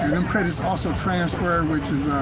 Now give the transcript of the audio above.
them credits also transfer, which is